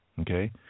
okay